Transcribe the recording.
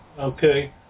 Okay